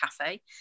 cafe